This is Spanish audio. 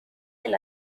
del